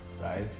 Right